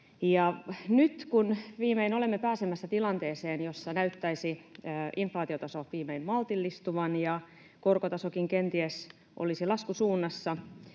viimein olemme pääsemässä tilanteeseen, jossa inflaatiotaso näyttäisi viimein maltillistuvan ja korkotasokin kenties olisi laskusuunnassa